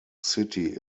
city